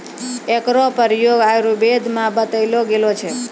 एकरो प्रयोग आयुर्वेद म बतैलो गेलो छै